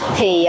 Thì